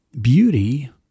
beauty